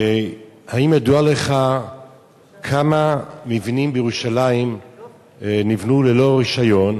האם ידוע לך כמה מבנים בירושלים נבנו ללא רשיון